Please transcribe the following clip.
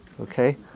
Okay